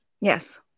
Yes